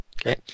Okay